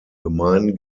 gemeinden